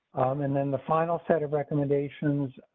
and then the final set of recommendations.